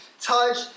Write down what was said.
touch